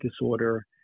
disorder